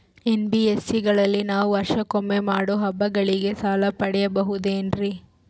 NBSC ಗಳಲ್ಲಿ ನಾವು ವರ್ಷಕೊಮ್ಮೆ ಮಾಡೋ ಹಬ್ಬಗಳಿಗೆ ಸಾಲ ಪಡೆಯಬಹುದೇನ್ರಿ?